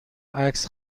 عکس